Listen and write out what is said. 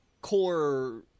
core